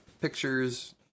pictures